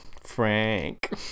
Frank